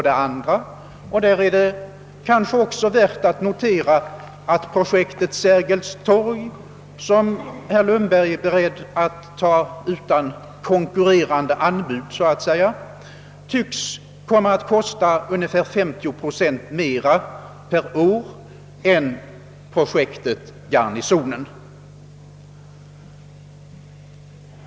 — Det är kanske värt att notera att projektet Sergels torg, som herr Lundberg är beredd att gå in för utan konkurrerande anbud så att säga, tycks komma att kosta ungefär 50 procent mer per år än projektet Garnisonen.